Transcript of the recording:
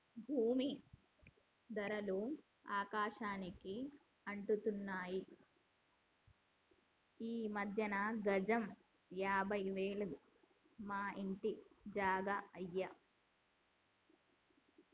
భూమీ ధరలు ఆకాశానికి అంటుతున్నాయి ఈ మధ్యన గజం యాభై వేలు మా ఇంటి జాగా అయ్యే